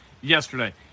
yesterday